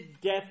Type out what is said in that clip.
death